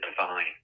divine